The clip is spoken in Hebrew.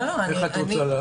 איך את רוצה?